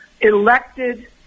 elected